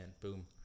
boom